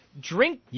drink